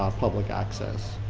public access.